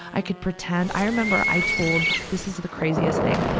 i could pretend i remember i told this is the craziest thing.